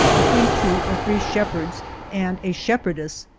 be tween two or three shepherds and a shep herdess,